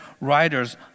writers